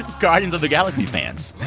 guardians of the galaxy fans.